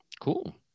Cool